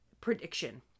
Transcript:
prediction